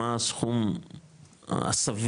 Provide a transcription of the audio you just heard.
מה הסכום הסביר,